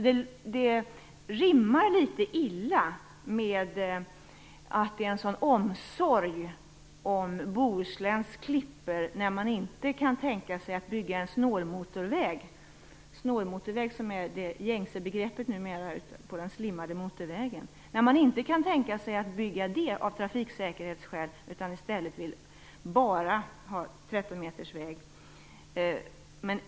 Det rimmar litet illa med den omsorg man visar om Bohusläns klippor när man av trafiksäkerhetsskäl inte kan tänka sig att bygga en snålmotorväg - det är numera det gängse begreppet för den slimmade motorvägen - utan bara vill ha trettonmetersväg.